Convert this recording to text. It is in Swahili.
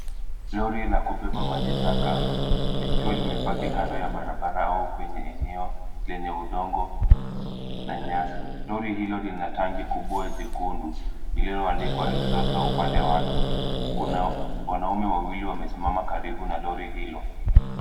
Lori la kubeba majitaka, likiwa limepaki kando ya barabara au kwenye eneo lenye udongo, na nyasi. Lori hilo lina tangi kubua jikundu, lililoandikwa Exhauster[]cs upande wake. Kuna wanaume wawili wamesimama karibu na lori hilo.